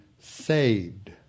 saved